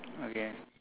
okay